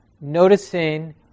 noticing